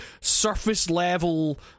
surface-level